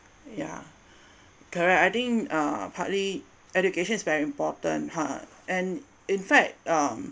ya correct I think uh partly education is very important ha and in fact um